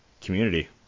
community